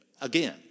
again